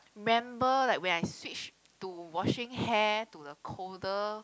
remember like when I switch to washing hair to the colder